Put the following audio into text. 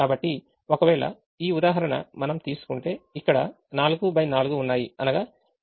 కాబట్టి ఒకవేళ ఈ ఉదాహరణ మనం తీసుకుంటేఇక్కడ 4x4 ఉన్నాయిఅనగా 16 dual constraints dual constraints ఉంటాయి